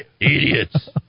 Idiots